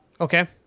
Okay